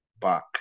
back